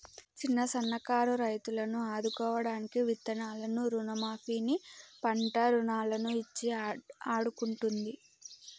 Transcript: చిన్న సన్న కారు రైతులను ఆదుకోడానికి విత్తనాలను రుణ మాఫీ ని, పంట రుణాలను ఇచ్చి ఆడుకుంటుంది